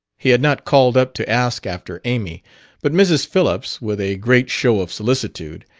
he had not called up to ask after amy but mrs. phillips, with a great show of solicitude,